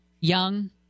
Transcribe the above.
Young